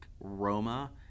Roma